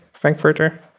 Frankfurter